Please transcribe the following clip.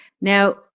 Now